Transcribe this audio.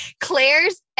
Claire's